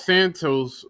Santos